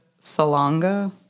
Salonga